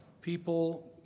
people